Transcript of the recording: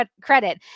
credit